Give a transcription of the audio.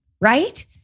right